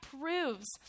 proves